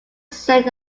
saint